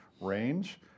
range